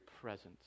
presence